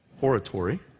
oratory